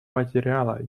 материала